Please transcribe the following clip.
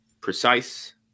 precise